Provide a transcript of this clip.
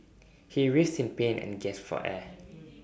he writhed in pain and gasped for air